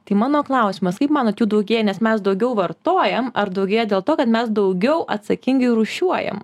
tai mano klausimas kaip manot jų daugėja nes mes daugiau vartojam ar daugėja dėl to kad mes daugiau atsakingai rūšiuojam